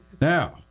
Now